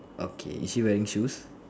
okay is she wearing shoes